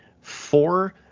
four